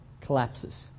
collapses